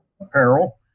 apparel